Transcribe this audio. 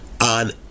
on